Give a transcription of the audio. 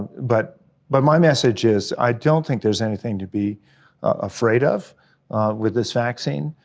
but but my message is, i don't think there's anything to be afraid of with this vaccine.